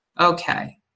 okay